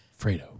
Fredo